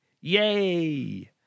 Yay